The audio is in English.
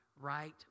right